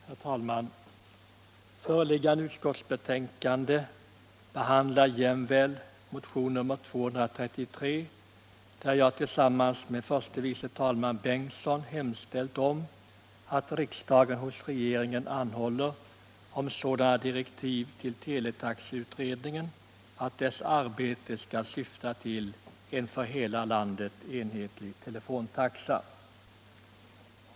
Herr talman! Föreliggande utskottsbetänkande behandlar jämväl motionen 233, där jag tillsammans med förste vice talmannen Bengtson hemställt att riksdagen hos regeringen anhåller om sådana direktiv till teletaxeutredningen att dess arbete skall syfta till en för hela landet enhetlig telefontaxa.